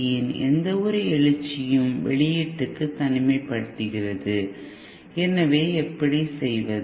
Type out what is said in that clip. யின் எந்தவொரு எழுச்சியையும் வெளியீட்டிற்கு தனிமைப்படுத்துகிறது எனவே எப்படி செய்வது